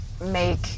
make